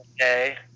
okay